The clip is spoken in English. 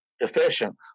deficient